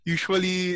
Usually